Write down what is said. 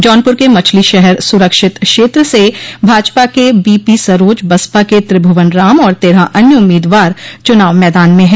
जौनपुर के मछलीशहर सुरक्षित क्षेत्र से भाजपा के बी पीसरोज बसपा के त्रिभुवन राम और तेरह अन्य उम्मीदवार चुनाव मैदान में हैं